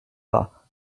pas